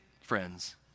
friends